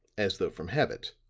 as though from habit.